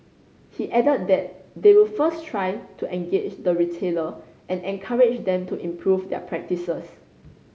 he added that they will first try to engage the retailer and encourage them to improve their practices